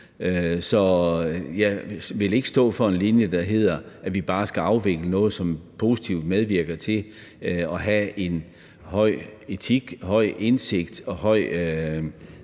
så jeg vil ikke stå for en linje, der hedder, at vi bare skal afvikle noget, som positivt medvirker til en høj etik, en høj grad af indsigt og høj